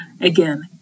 Again